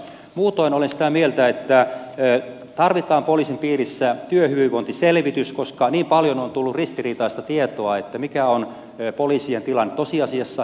muutoin olen sitä mieltä että tarvitaan poliisin piirissä työhyvinvointiselvitys koska niin paljon on tullut ristiriitaista tietoa siitä mikä on poliisien tilanne tosiasiassa